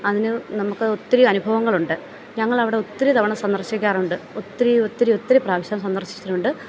അതിന് നമുക്ക് ഒത്തിരി അനുഭവങ്ങളുണ്ട് ഞങ്ങളവിടെ ഒത്തിരി തവണ സന്ദർശിക്കാറുണ്ട് ഒത്തിരി ഒത്തിരി ഒത്തിരി പ്രാവശ്യം സന്ദർശിച്ചിട്ടുണ്ട്